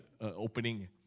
opening